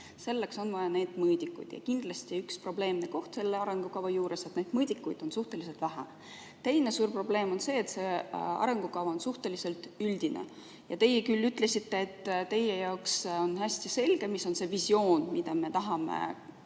Selleks on vaja neid mõõdikuid. Ja kindlasti üks probleemkoht selle arengukava juures on see, et neid mõõdikuid on suhteliselt vähe. Teine suur probleem on see, et see arengukava on suhteliselt üldine. Te küll ütlesite, et teie jaoks on hästi selge, mis on see visioon, mida me tahame saavutada